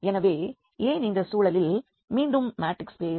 எனவே ஏன் இந்த சூழலில் மீண்டும் மேட்ரிக்ஸ் ஸ்பேஸ்